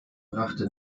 brachte